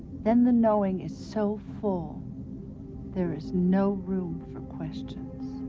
then the knowing is so full there is no room for questions.